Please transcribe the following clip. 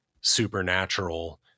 supernatural